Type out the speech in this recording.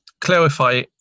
clarify